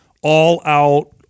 all-out